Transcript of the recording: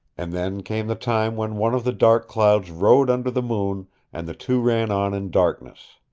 and then came the time when one of the dark clouds rode under the moon and the two ran on in darkness.